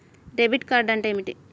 Debit card అంటే ఏమిటి?